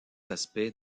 aspects